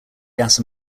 gas